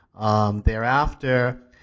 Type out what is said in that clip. thereafter